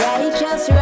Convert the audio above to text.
Righteous